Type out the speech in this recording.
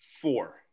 four